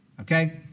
okay